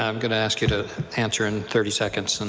um going to ask you to answer in thirty seconds. and